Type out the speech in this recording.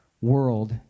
world